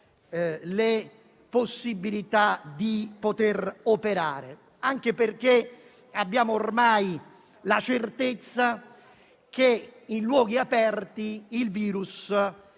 le possibilità di operare, anche perché abbiamo ormai la certezza che in luoghi aperti il virus